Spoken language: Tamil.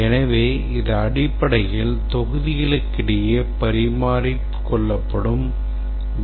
எனவே இது அடிப்படையில் தொகுதிகளுக்கு இடையில் பரிமாறிக்கொள்ளப்படும் data items